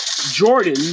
Jordan